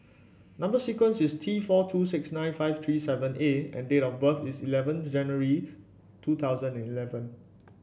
number sequence is T four two six nine five three seven A and date of birth is eleven January two thousand eleven